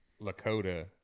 lakota